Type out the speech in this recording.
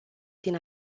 din